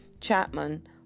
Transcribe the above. Chapman